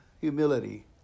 Humility